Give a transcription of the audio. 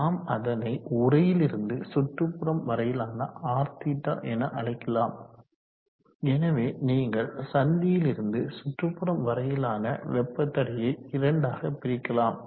நாம் அதனை உறையிலிருந்து சுற்றுப்புறம் வரையிலான Rθ என அழைக்கலாம் எனவே நீங்கள் சந்தியிலிருந்து சுற்றுப்புறம் வரையிலான வெப்ப தடையை இரண்டாக பிரிக்கலாம்